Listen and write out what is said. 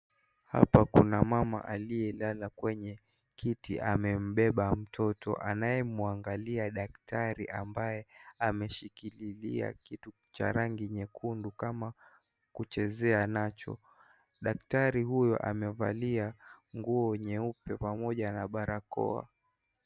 Hapa kuna mama aliyelala kwenye kiti amembeba mtoto anayemwangalia daktari ambaye ameshikililia kituu cha rangi nyekundu kama kuchezea anacho. Daktari huyo amevalia nguo nyeupe pamoja pamoja na barakoa.